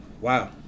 Wow